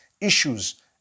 issues